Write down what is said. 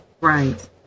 Right